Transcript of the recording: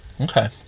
Okay